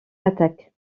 attaques